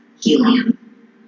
helium